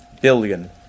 billion